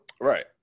Right